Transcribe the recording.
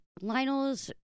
Lionel's